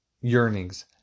yearnings